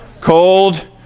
Cold